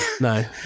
No